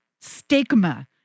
stigma